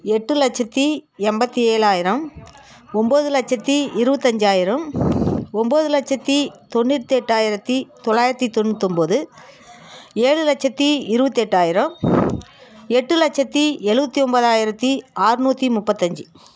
எட்டு லட்சத்து எண்பத்தி ஏழாயிரம் ஒம்பது லட்சத்து இருபத்தஞ்சாயிரம் ஒம்பது லட்சத்து தொண்ணூத்தெட்டாயிரத்து தொள்ளாயிரத்தி தொண்ணூத்தொம்பது ஏழு லட்சத்து இருபத்தெட்டாயிரம் எட்டு லட்சத்து எழுவத்தி ஒன்பதாயிரத்து ஆறுநூற்று முப்பத்தஞ்சு